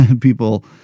people